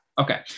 Okay